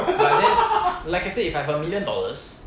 like I mean like I say if I have a million dollars